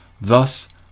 Thus